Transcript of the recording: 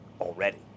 already